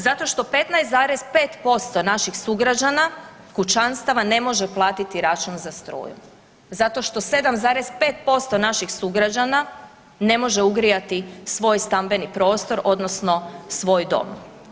Zato što 15,5% naših sugrađana kućanstava ne može platiti račun za struju, zato što 7,5% naših sugrađana ne može ugrijati svoj stambeni prostor odnosno svoj dom.